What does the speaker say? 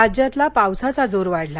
राज्यातला पावसाचा जोर वाढला